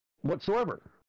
whatsoever